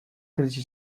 krisi